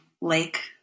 Lake